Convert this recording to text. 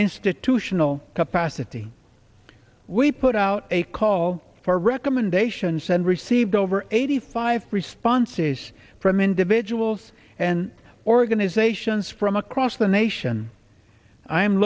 institutional capacity we put out a call for recommendations and received over eighty five responses from individuals and organizations from across the nation i